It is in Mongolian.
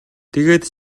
тэгээд